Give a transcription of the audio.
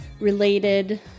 related